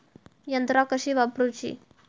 यंत्रा कशी वापरूची?